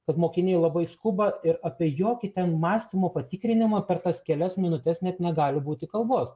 kad mokiniai labai skuba ir apie jokį ten mąstymo patikrinimą per tas kelias minutes net negali būti kalbos